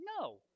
No